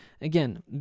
again